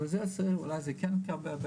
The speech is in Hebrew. אולי זה כן יתקבל,